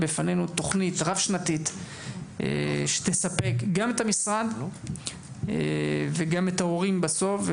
בפנינו תוכנית רב שנתית שתספק גם את המשרד וגם את ההורים בסוף.